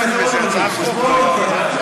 כי זה מאוד חשוד.